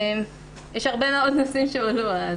יש הרבה מאוד נושאים שעלו.